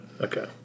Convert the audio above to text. Okay